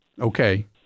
Okay